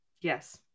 Yes